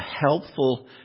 helpful